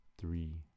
three